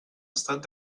estat